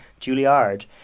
Juilliard